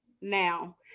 now